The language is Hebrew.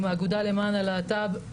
עם האגודה למען הלהט"ב.